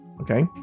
Okay